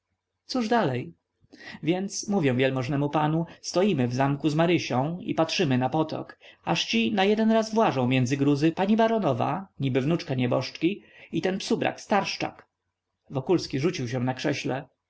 cóż dalej więc mówię wielmożnemu panu stoimy w zamku z marysią i patrzymy na potok aż ci na jeden raz włażą między gruzy pani baronowa niby wnuczka nieboszczki i ten psubrat starszczak wokulski rzucił się na krześle